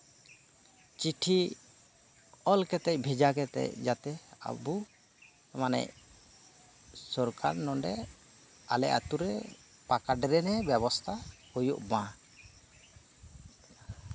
ᱪᱤᱴᱷᱤ ᱚᱞ ᱠᱟᱛᱮᱫ ᱵᱷᱮᱡᱟ ᱠᱟᱛᱮᱫ ᱡᱟᱛᱮ ᱟᱵᱚ ᱢᱟᱱᱮ ᱥᱚᱨᱠᱟᱨ ᱱᱚᱰᱮ ᱟᱞᱮ ᱟᱹᱛᱩᱨᱮ ᱯᱟᱠᱟ ᱰᱨᱮᱱ ᱵᱮᱵᱚᱥᱛᱷᱟ ᱦᱩᱭᱩᱜ ᱢᱟ